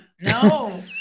No